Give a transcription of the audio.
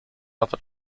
alpha